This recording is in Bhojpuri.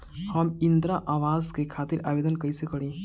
हम इंद्रा अवास के खातिर आवेदन कइसे करी?